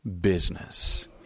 business